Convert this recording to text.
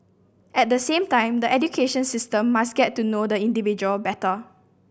at the same time the education system must get to know the individual better